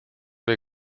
wir